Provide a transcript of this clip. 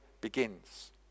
begins